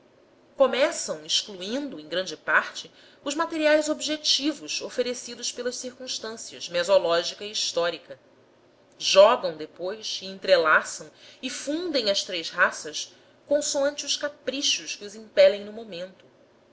começam excluindo em grande parte os materiais objetivos oferecidos pelas circunstâncias mesológica e histórica jogam depois e entrelaçam e fundem as três raças consoante os caprichos que os impelem no momento